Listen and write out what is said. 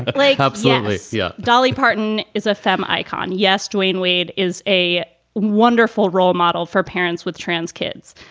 leg up. so yeah yeah, dolly parton is a femme icon. yes, dwayne wade is a wonderful role model for parents with trans kids.